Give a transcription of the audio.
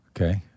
Okay